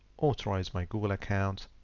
authorize my google account.